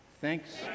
Thanks